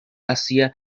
hacia